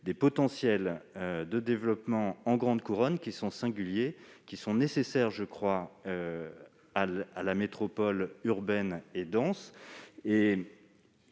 potentiels de développement en grande couronne, qui sont singuliers et nécessaires à la métropole urbaine et dense.